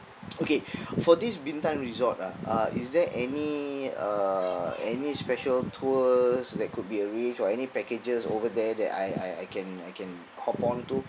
okay for this bintan resort ah uh is there any uh any special tours that could be arranged or any packages over there that I I can I can hop onto